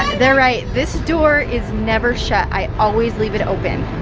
they're right, this door is never shut. i always leave it open.